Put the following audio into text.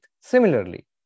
Similarly